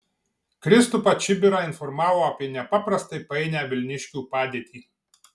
kristupą čibirą informavo apie nepaprastai painią vilniškių padėtį